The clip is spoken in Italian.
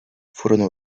furono